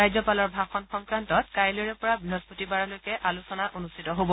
ৰাজ্যপালৰ ভাষণ সংক্ৰান্তত কাইলৈৰ পৰা বৃহস্পতিবাৰলৈকে আলোচনা অনুষ্ঠিত হ'ব